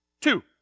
Two